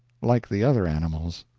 like the other animals.